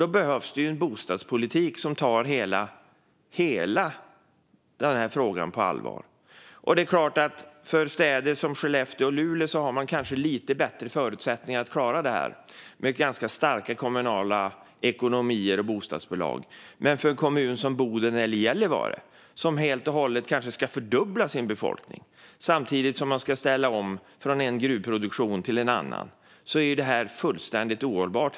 Då behövs en bostadspolitik som tar hela frågan på allvar. Städer som Skellefteå och Luleå, med ganska starka lokala ekonomier och bostadsbolag, har kanske lite bättre förutsättningarför att klara detta. Men för kommuner som Boden och Gällivare, som kanske ska fördubbla sin befolkning helt och hållet samtidigt som de ska ställa om från en gruvproduktion till en annan, är det här fullständigt ohållbart.